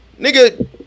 nigga